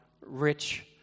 rich